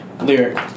lyric